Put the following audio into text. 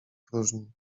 próżni